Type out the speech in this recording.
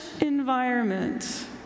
environment